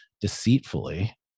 deceitfully